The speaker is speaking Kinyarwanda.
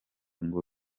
ngo